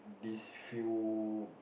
these few